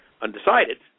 Undecided